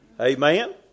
Amen